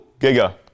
Giga